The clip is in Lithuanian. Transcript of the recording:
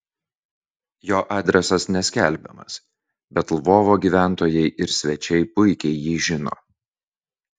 jo adresas neskelbiamas bet lvovo gyventojai ir svečiai puikiai jį žino